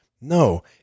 No